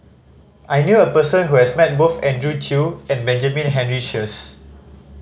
I knew a person who has met both Andrew Chew and Benjamin Henry Sheares